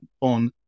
on